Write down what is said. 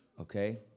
Okay